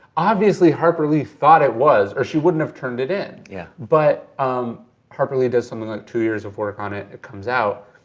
obviously harper lee thought it was or she wouldn't have turned it in. yeah but um harper lee does something like two years or work on it, it comes out.